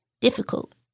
difficult